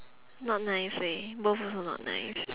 not nice leh both also not nice